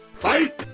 fight!